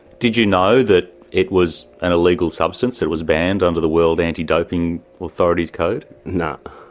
did you know that it was an illegal substance, it was banned under the world anti-doping authority's code? no,